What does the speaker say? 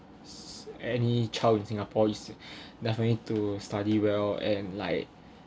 any child in singapore is definitely to study well and like